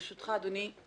ברשותך אדוני,